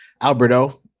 Alberto